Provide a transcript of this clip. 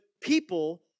people